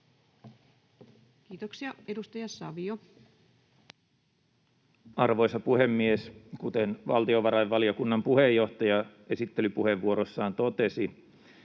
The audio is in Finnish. Time: 16:12 Content: Arvoisa puhemies! Kuten valtiovarainvaliokunnan puheenjohtaja esittelypuheenvuorossaan totesi,